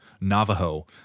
Navajo